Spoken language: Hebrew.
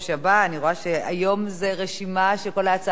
זו רשימה של סגני היושב-ראש.